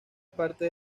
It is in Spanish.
partes